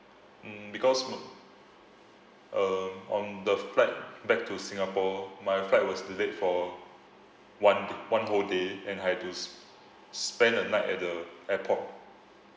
mm because m~ um on the flight back to singapore my flight was delayed for one one whole day and I had to s~ spend a night at the airport